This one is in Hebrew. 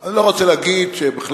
אני לא רוצה להגיד שבכלל,